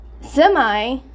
semi